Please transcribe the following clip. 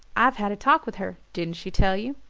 i've had a talk with her didn't she tell you?